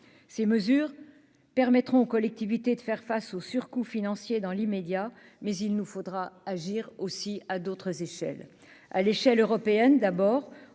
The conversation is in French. ces mesures permettront aux collectivités de faire face au surcoût financier dans l'immédiat, mais il nous faudra agir aussi à d'autres échelles à l'échelle européenne, d'abord